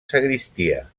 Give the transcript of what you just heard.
sagristia